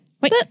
wait